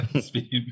Speed